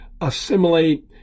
assimilate